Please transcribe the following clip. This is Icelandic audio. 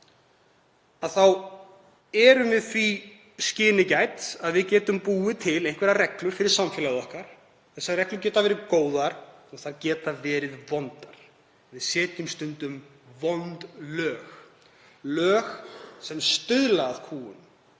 þá erum við því skyni gædd að við getum búið til reglur fyrir samfélagið okkar. Þær geta verið góðar og þær geta verið vondar. Við setjum stundum vond lög sem stuðla að kúgun,